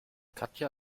katja